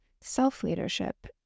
self-leadership